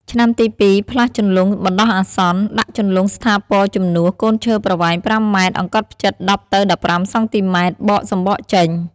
ឆ្នាំទីពីរផ្លាស់ជន្លង់បណ្តោះអាសន្ន ដាក់ជន្លង់ស្ថាពរជំនួស កូនឈើប្រវែង ៥ម អង្កត់ផ្ចិត ១០ទៅ១៥សង់ទីម៉ែត្រ បកសំបកចេញ។